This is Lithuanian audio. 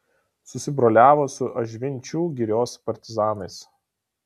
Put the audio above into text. susibroliavo su ažvinčių girios partizanais